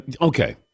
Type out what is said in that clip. Okay